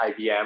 IBM